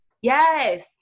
Yes